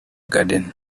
garden